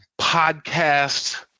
podcast